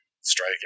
strike